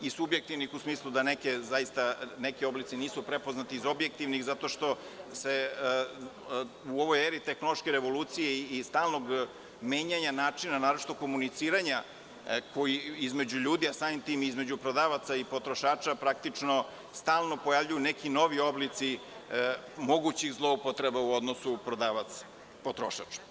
Iz subjektivnih u smislu da neki oblici zaista nisu prepoznati, a iz objektivnih zato što se u ovoj eri tehnološke revolucije i stalnog menjanja načina, naročito komuniciranja između ljudi, a samim tim i između prodavaca i potrošača, praktično stalno pojavljuju neki novi oblici mogućih zloupotreba u odnosu prodavac-potrošač.